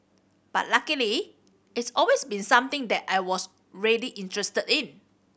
but luckily it's always been something that I was really interested in